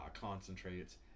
concentrates